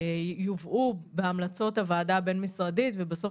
יובאו בהמלצות הוועדה הבין-משרדית ובסוף